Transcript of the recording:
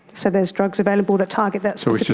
so there's drugs available that targets that specific